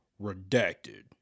Redacted